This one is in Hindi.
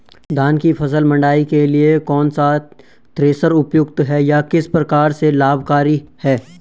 धान की फसल मड़ाई के लिए कौन सा थ्रेशर उपयुक्त है यह किस प्रकार से लाभकारी है?